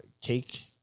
cake